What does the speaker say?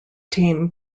team